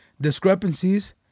discrepancies